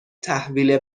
تحویل